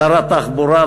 שר התחבורה,